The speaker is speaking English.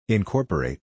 Incorporate